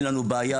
אין לנו בעיה,